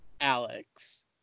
Alex